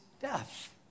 death